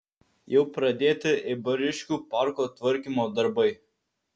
jau pradėti eibariškių parko tvarkymo darbai